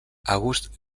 august